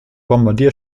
bombardier